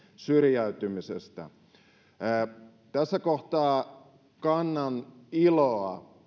syrjäytymisestä tässä kohtaa kannan iloa